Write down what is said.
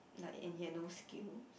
like and he had no skills